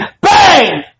bang